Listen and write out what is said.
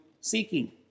seeking